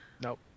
Nope